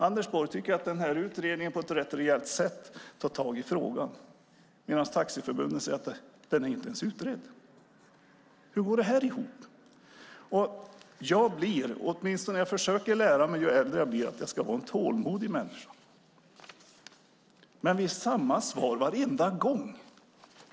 Anders Borg tycker att denna utredning på ett rätt rejält sätt tar tag i frågan, medan Taxiförbundet säger att frågan inte ens är utredd. Hur går detta ihop? Ju äldre jag blir försöker jag lära mig att bli en tålmodigare människa. Men det är samma svar varje gång.